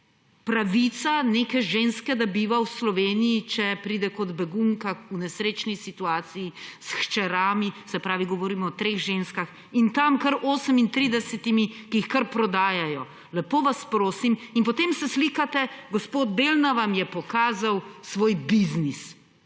pravica neke ženske, da biva v Sloveniji, če pride kot begunka v nesrečni situaciji s hčerami, se pravi, govorimo o treh ženskah, in tam s kar 38, ki jih kar prodajajo. Lepo vas prosim! In potem se slikate, gospod Belna vam je pokazal svoj biznis